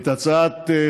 את הצעת חוק